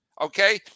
Okay